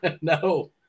No